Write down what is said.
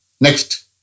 Next